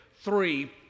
three